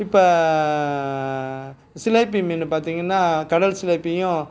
இப்போ சிலேபி மீன் பார்த்தீங்கன்னா கடல் சிலேப்பியும்